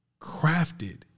crafted